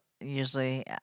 usually